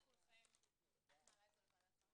ישיבה זו נעולה.